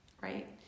right